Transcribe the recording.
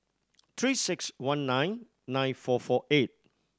Three Six One nine nine four four eight